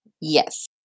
Yes